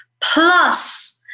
plus